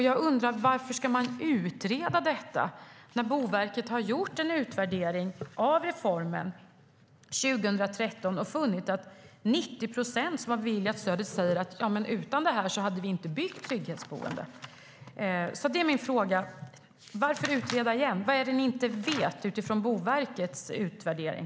Jag undrar: Varför ska man utreda detta när Boverket har gjort en utvärdering av reformen 2013 och funnit att 90 procent av dem som beviljats stödet inte hade byggt trygghetsboenden utan stödet? Varför utreda igen? Vad är det ni inte vet utifrån Boverkets utvärdering?